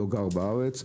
לא גר בארץ.